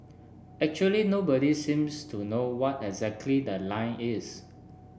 actually nobody seems to know what exactly the line is